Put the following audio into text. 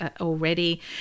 already